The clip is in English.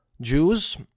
Jews